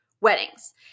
Weddings